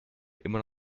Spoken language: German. immer